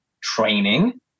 training